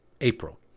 April